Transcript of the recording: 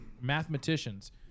mathematicians